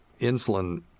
insulin